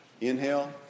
inhale